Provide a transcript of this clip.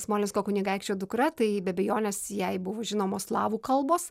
smolensko kunigaikščio dukra tai be abejonės jai buvo žinomos slavų kalbos